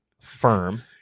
firm